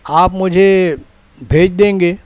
آپ مجھے بھیج دیں گے